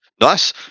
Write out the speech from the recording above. Nice